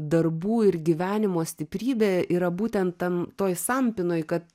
darbų ir gyvenimo stiprybė yra būtent tam toj sampynoj kad